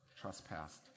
trespassed